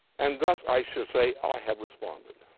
and thus, i should say, i have responded.